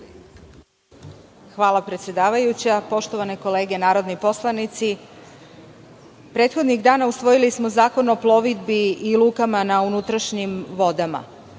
Hvala predsedavajuća. Poštovane kolege narodni poslanici, prethodnih dana usvojili smo Zakon o plovidbi i lukama na unutrašnjim vodama,